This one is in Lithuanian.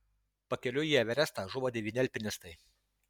pakeliui į everestą žuvo devyni alpinistai